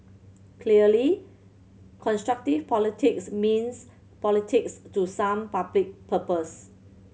clearly constructive politics means politics to some public purpose